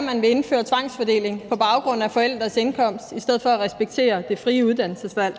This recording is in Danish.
man vil indføre tvangsfordeling på baggrund af forældres indkomst i stedet for at respektere det frie uddannelsesvalg;